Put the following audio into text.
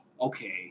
Okay